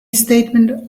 statement